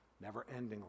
never-endingly